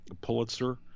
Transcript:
Pulitzer